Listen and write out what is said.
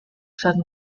sun